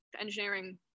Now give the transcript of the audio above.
engineering